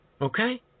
Okay